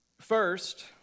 First